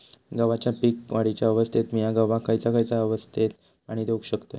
गव्हाच्या पीक वाढीच्या अवस्थेत मिया गव्हाक खैयचा खैयचा अवस्थेत पाणी देउक शकताव?